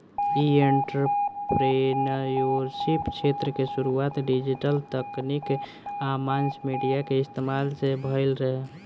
इ एंटरप्रेन्योरशिप क्षेत्र के शुरुआत डिजिटल तकनीक आ मास मीडिया के इस्तमाल से भईल रहे